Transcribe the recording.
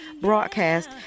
broadcast